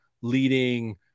leading